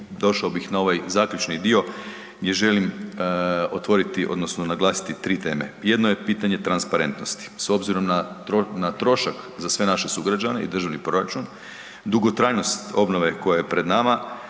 došao bih na ovaj zaključni dio, gdje želim otvoriti, odnosno naglasiti 3 teme. Jedno je pitanje transparentnosti. S obzirom na trošak za sve naše sugrađane i državni proračun, dugotrajnost obnove koja je pred nama,